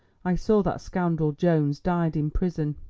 i saw that scoundrel jones died in prison.